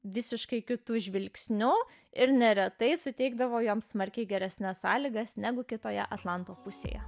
visiškai kitu žvilgsniu ir neretai suteikdavo joms smarkiai geresnes sąlygas negu kitoje atlanto pusėje